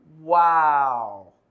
wow